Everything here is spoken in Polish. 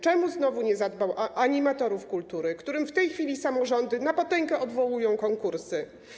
Czemu znowu nie zadbał o animatorów kultury, którym w tej chwili samorządy na potęgę odwołują konkursy?